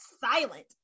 silent